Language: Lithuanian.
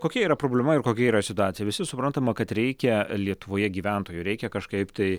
kokia yra problema ir kokia yra situacija visi suprantame kad reikia lietuvoje gyventojų reikia kažkaip tai